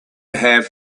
have